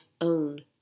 own